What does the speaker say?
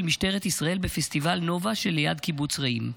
משטרת ישראל בפסטיבל נובה שליד קיבוץ רעים.